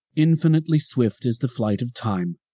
infinitely swift is the flight of time.